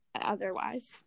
otherwise